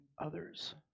others